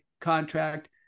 contract